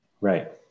Right